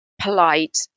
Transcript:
polite